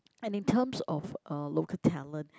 and in terms of uh local talent